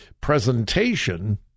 presentation